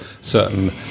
certain